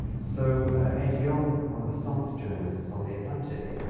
so ed yong, one of the science journalists on the atlantic,